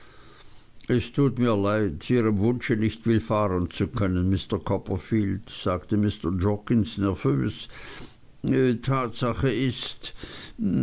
es tut mir leid ihrem wunsche nicht willfahren zu können mr copperfield sagte mr jorkins nervös tatsache ist